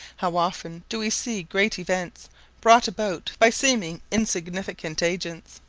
how often do we see great events brought about by seemingly insignificant agents!